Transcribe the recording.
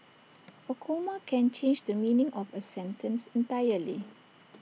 A comma can change the meaning of A sentence entirely